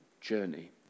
journey